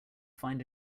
find